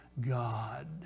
God